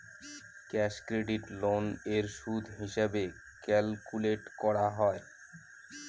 Cash credit loan এর সুদ কিভাবে ক্যালকুলেট করা হয়?